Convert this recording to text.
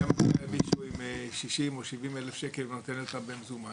היה בא אלי מישהו עם 60,000 או 70,000 שקל ונותן לך במזומן,